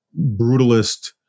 brutalist